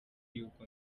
y’uko